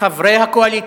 חברי הקואליציה.